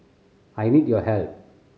I need your help